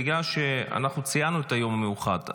בגלל שאנחנו ציינו את היום המיוחד,